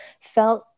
felt